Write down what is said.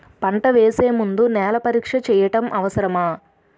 పంట వేసే ముందు నేల పరీక్ష చేయటం అవసరమా?